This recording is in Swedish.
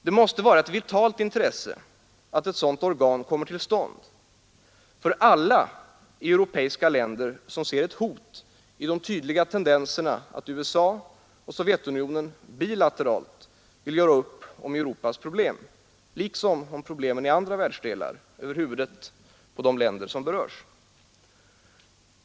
Det måste vara ett vitalt intresse att sådant organ kommer till stånd för alla europeiska länder som ser ett hot i de tydliga tendenserna att USA och Sovjetunionen bilateralt vill göra upp om Europas problem, liksom om problemen i andra världsdelar, över huvudet på de länder som berörs.